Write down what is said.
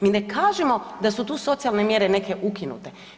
Mi ne kažemo da su tu socijalne mjere neke ukinute.